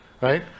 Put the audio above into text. right